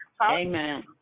Amen